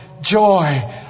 joy